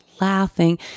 laughing